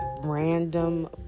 random